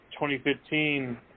2015